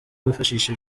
wifashishe